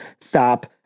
Stop